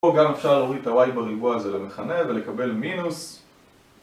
פה גם אפשר להוריד את ה-y בריבוע הזה למכנה ולקבל מינוס